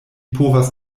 povas